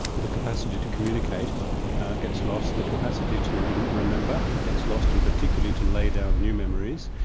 the capacity to communicate gets lost, the capacity to remember gets lost, and particularly to lay down new memories.